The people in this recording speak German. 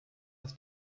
ist